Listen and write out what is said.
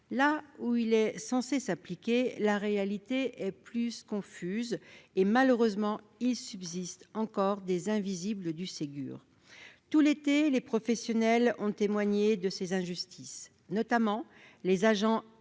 Là où il est censé s'appliquer, la réalité est assez confuse et, malheureusement, il subsiste encore des invisibles du Ségur. Tout l'été, des professionnels ont témoigné de ces injustices, notamment les agents